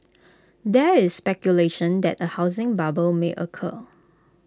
there is speculation that A housing bubble may occur